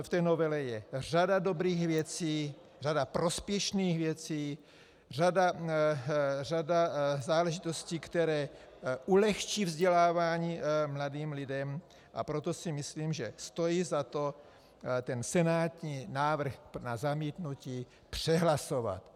V novele je řada dobrých věcí, řada prospěšných věcí, řada záležitostí, které ulehčí vzdělávání mladým lidem, a proto si myslím, že stojí za to senátní návrh na zamítnutí přehlasovat.